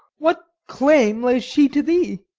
what claim lays she to thee?